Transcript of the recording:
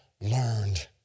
learned